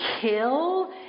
kill